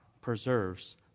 preserves